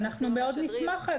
אנחנו מאוד נשמח,